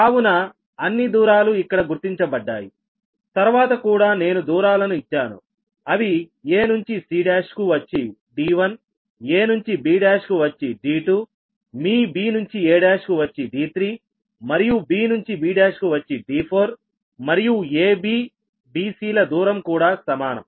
కావున అన్ని దూరాలు ఇక్కడ గుర్తించబడ్డాయి తర్వాత కూడా నేను దూరాలను ఇచ్చాను అవి a నుంచి c1 కు వచ్చి d1 a నుంచి b1 కు వచ్చి d2 మీ b నుంచి a1 కు వచ్చి d3 మరియు b నుంచి b1 కు వచ్చి d4 మరియు a bb c ల దూరం కూడా సమానం